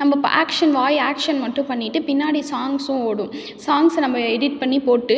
நம்ம இப்போ ஆக்க்ஷன் வாய் ஆக்க்ஷன் மட்டும் பண்ணிவிட்டு பின்னாடி சாங்ஸும் ஓடும் சாங்ஸை நம்ம எடிட் பண்ணி போட்டு